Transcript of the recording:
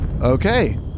Okay